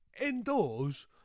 indoors